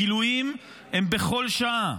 הגילויים הם בכל שעה.